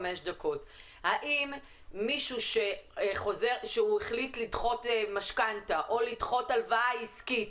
האם מישהו שהחליט לדחות משכנתא או לדחות הלוואה עסקית,